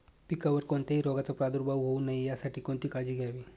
पिकावर कोणत्याही रोगाचा प्रादुर्भाव होऊ नये यासाठी कोणती काळजी घ्यावी?